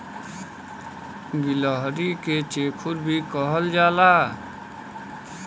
गिलहरी के चेखुर भी कहल जाला